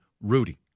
Rudy